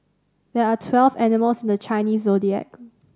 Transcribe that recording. there are twelve animals in the Chinese Zodiac